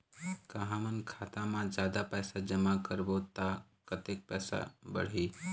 का हमन खाता मा जादा पैसा जमा करबो ता कतेक पैसा बढ़ही?